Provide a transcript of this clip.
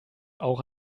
auch